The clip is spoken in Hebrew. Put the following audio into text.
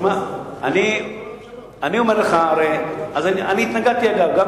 אני התנגדתי, אגב.